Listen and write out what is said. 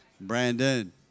Brandon